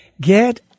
Get